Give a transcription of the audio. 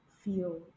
feel